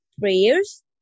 prayers